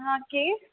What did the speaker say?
हँ केँ